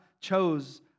chose